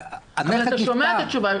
הנכד נפטר --- אתה שומע את התשובה.